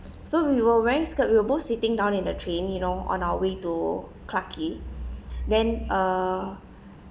so we were wearing skirt we were both sitting down in the train you know on our way to clarke quay then uh